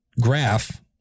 graph